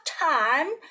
time